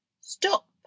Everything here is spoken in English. stop